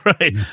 Right